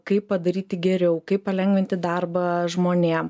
kaip padaryti geriau kaip palengvinti darbą žmonėm